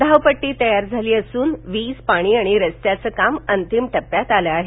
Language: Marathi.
धावपट्टी तयार झाली असून वीज पाणी आणि रस्त्याचं काम अंतिम टप्प्यात आलं आहे